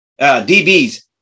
DBs